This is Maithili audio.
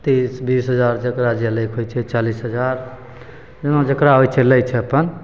तीस बीस हजार जकरा जे लै के होइ छै चालिस हजार जेना जकरा होइ छै लै छै अपन